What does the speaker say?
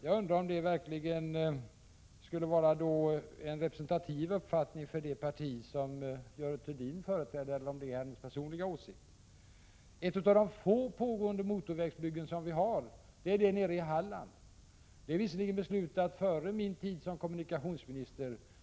Jag undrar om det verkligen är en uppfattning som är representativ för det parti som Görel Thurdin företräder eller om det är hennes personliga åsikt. Ett av de få pågående motorvägsbyggena — nere i Halland — är visserligen beslutat före min tid som kommunikationsminister.